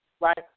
right